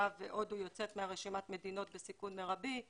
עכשיו הודו יוצאת מרשימת מדינות כסיכון מירבי.